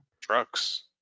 trucks